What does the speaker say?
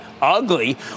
ugly